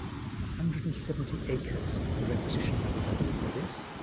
ah hundred and seventy acres were requisitioned by the government for this,